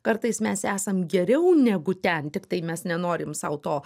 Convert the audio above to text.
kartais mes esam geriau negu ten tiktai mes nenorim sau to